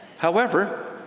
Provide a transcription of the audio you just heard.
however,